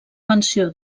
mansió